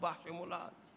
ישתבח שמו לעד.